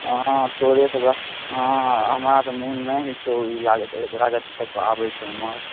हँ तोरे सबके हँ हमरा तऽ मोन नहि होइ छौ राजद सबके आबैके एमहर